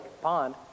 pond